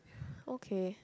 okay